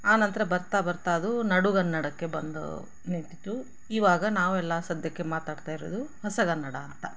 ಆನಂತರ ಬರ್ತಾ ಬರ್ತಾ ಅದು ನಡುಗನ್ನಡಕ್ಕೆ ಬಂದು ನಿಂತಿತು ಈವಾಗ ನಾವೆಲ್ಲ ಸಧ್ಯಕ್ಕೆ ಮಾತಾಡ್ತಾ ಇರೋದು ಹೊಸಗನ್ನಡ ಅಂತ